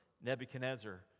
Nebuchadnezzar